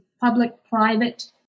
public-private